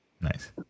Nice